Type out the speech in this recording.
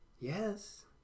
Yes